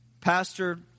Pastor